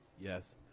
Yes